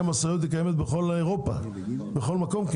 משאיות קיימות בכל אירופה כמעט בכל מקום,